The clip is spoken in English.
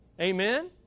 Amen